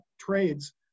trades